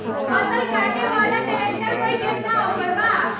फसल काटे वाला ट्रैक्टर पर केतना ऑफर बा?